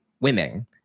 women